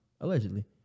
allegedly